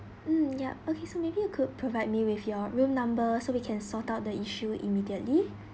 mm yup okay so maybe you could provide me with your room number so we can sort out the issue immediately